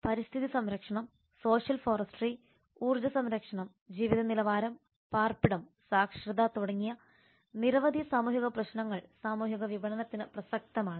പരിസ്ഥിതി സംരക്ഷണം social forestry ഊർജ്ജ സംരക്ഷണം ജീവിത നിലവാരം പാർപ്പിടം സാക്ഷരത തുടങ്ങിയ നിരവധി സാമൂഹിക പ്രശ്നങ്ങൾ സാമൂഹിക വിപണനത്തിന് പ്രസക്തമാണ്